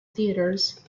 theaters